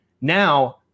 Now